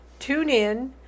TuneIn